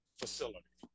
facility